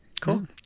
Cool